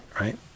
right